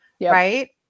right